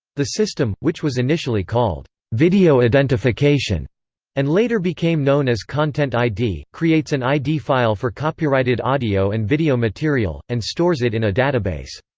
the system, which was initially called video identification and later became known as content id, creates an id file for copyrighted audio and video material, and stores it in a database.